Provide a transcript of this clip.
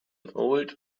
old